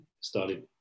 started